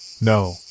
No